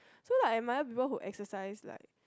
so like I admire people who exercise like